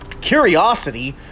curiosity